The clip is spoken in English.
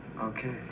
Okay